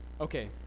Okay